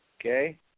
Okay